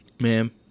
Ma'am